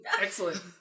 Excellent